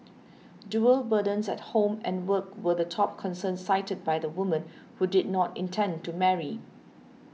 dual burdens at home and work were the top concern cited by the women who did not intend to marry